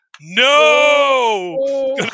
No